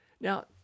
Now